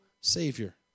Savior